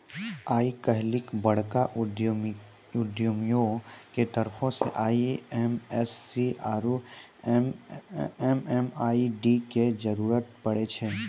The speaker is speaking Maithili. आइ काल्हि बड़का उद्यमियो के तरफो से आई.एफ.एस.सी आरु एम.एम.आई.डी के जरुरत पड़ै छै